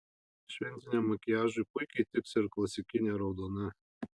šventiniam makiažui puikiai tiks ir klasikinė raudona